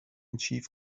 achieve